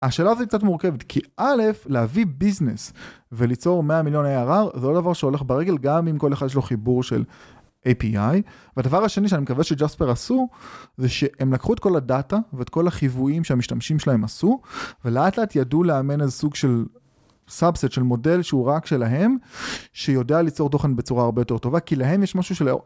השאלה הזאת קצת מורכבת כי א', להביא ביזנס וליצור 100 מיליון arr זה לא דבר שהולך ברגל גם אם כל אחד שלו יש חיבור של API והדבר השני שאני מקווה שג'ספר עשו, זה שהם לקחו את כל הדאטה ואת כל החיוויים שהמשתמשים שלהם עשו ולאט לאט ידעו לאמן איזה סוג של סאבסט, של מודל שהוא רק שלהם, שיודע ליצור תוכן בצורה הרבה יותר טובה כי להם יש משהו שלא...